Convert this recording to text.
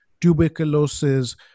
tuberculosis